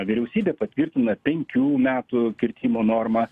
vyriausybė patvirtina penkių metų kirtimo normą